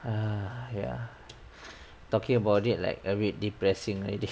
err ya talking about it like very depressing already